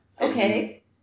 Okay